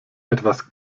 etwas